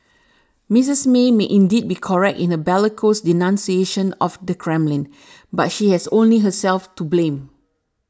Misters May might indeed be correct in her bellicose denunciation of the Kremlin but she has only herself to blame